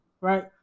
right